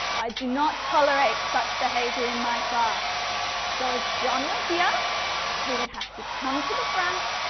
i do not tolerate such behaviour in my class so if john were here he would have to come to the front,